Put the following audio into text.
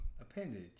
Appendage